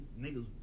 niggas